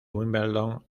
wimbledon